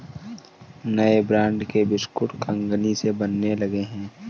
नए ब्रांड के बिस्कुट कंगनी से बनने लगे हैं